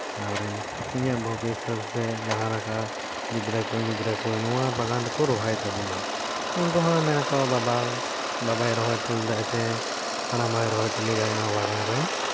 ᱛᱟᱯᱚᱨᱮ ᱤᱧᱟᱹᱜ ᱵᱷᱚᱵᱤᱥᱥᱚᱛ ᱥᱮ ᱡᱟᱦᱟᱸᱞᱮᱠᱟ ᱦᱟᱯᱮᱱ ᱜᱚᱫᱽᱨᱟᱹ ᱠᱚ ᱱᱚᱣᱟ ᱵᱟᱜᱟᱱ ᱨᱮᱠᱚ ᱨᱚᱦᱚᱭ ᱛᱟᱵᱚᱱᱟ ᱩᱱᱠᱩ ᱦᱚᱸ ᱢᱮᱱᱟᱠᱚ ᱵᱟᱵᱟ ᱵᱟᱵᱟᱭ ᱨᱚᱦᱚᱭ ᱦᱚᱴᱚ ᱞᱮᱫᱟ ᱥᱮ ᱦᱟᱲᱟᱢ ᱵᱟᱭ ᱨᱚᱦᱚᱭ ᱦᱚᱴᱚ ᱞᱮᱫᱟ ᱱᱚᱣᱟ ᱵᱟᱜᱟᱱ ᱨᱮ